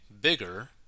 bigger